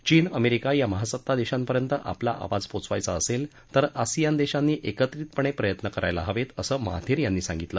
चीन अमेरिका या महासत्ता देशांपर्यंत आपला आवाज पोचवायचा असेल तर आसियान देशांनी एकत्रितपणे प्रयत्न करायला हवेत असं महाथीर यांनी सांगितलं